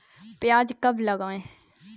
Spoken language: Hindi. प्याज कब लगाएँ?